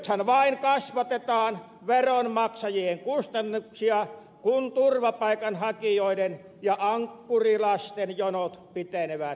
nythän vain kasvatetaan veronmaksajien kustannuksia kun turvapaikanhakijoiden ja ankkurilasten jonot pitenevät entisestään